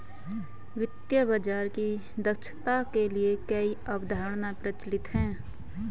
वित्तीय बाजार की दक्षता के लिए कई अवधारणाएं प्रचलित है